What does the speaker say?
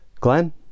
Glenn